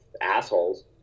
assholes